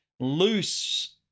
loose